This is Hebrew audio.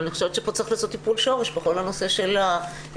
אבל אני חושבת שפה צריך לעשות טיפול שורש בכל הנושא של הסייעות,